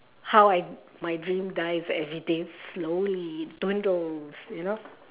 how I my dream dies everyday slowly dwindles you know